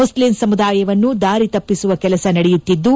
Muslim ಸಮುದಾಯವನ್ನು ದಾರಿ ತಪ್ಪಿಸುವ ಕೆಲಸ ನಡೆಯುತ್ತಿದ್ದು